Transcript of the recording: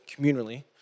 communally